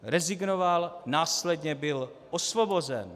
Rezignoval, následně byl osvobozen.